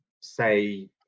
say